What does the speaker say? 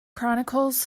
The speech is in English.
chronicles